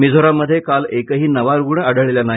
मिझोराममध्ये काल एकही नवा रुग्ण आढळलेला नाही